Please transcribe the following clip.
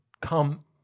come